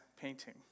painting